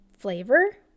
flavor